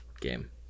game